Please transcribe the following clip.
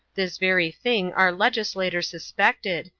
this very thing our legislator suspected,